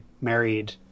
married